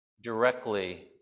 directly